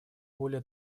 более